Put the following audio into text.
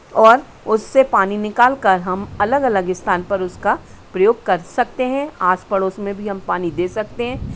और उससे पानी निकाल कर हम अलग अलग स्थान पर उसका प्रयोग कर सकते हैं आस पड़ोस में भी हम पानी दे सकते हैं